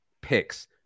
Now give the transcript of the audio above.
picks